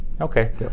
Okay